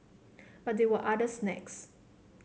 but there were other snags